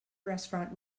restaurant